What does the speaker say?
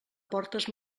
portes